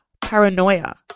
paranoia